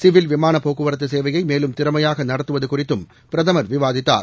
civil விமானப் போக்குவரத்துசேவையை மேலும் திறமையாக நடத்துவது குறித்தும் பிரதம் விவாதித்தார்